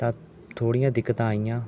ਤਾਂ ਥੋੜ੍ਹੀਆਂ ਦਿੱਕਤਾਂ ਆਈਆਂ